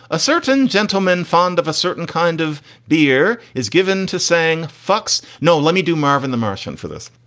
a certain gentleman fond of a certain kind of beer is given to saying fucks, no, let me do marvin the martian for this.